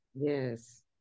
Yes